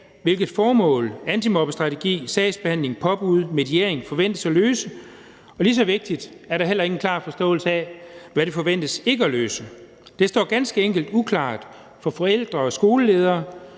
hvad formålet med antimobbestrategi, sagsbehandling, påbud og mediering er, og hvad disse ting forventes at løse. Og lige så vigtigt er det, at der heller ikke er en klar forståelse af, hvad det forventes ikke at løse. Det er ganske enkelt uklart for forældre og skoleledere.